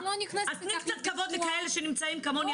אז תני קצת כבוד לכאלה שנמצאים כמוני